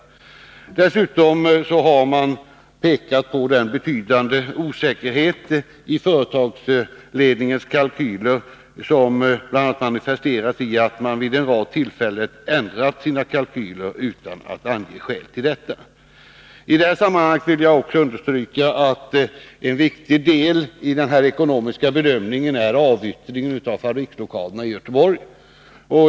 Dessutom har man pekat på den betydande osäkerhet i företagsledningens kalkyler som bl.a. manifesteras i att man vid en rad tillfällen ändrat sina kalkyler utan att ange skäl till detta. I detta sammanhang vill jag särskilt understryka att en viktig del av den här ekonomiska bedömningen är avyttringen av fabrikslokalerna i Göteborg.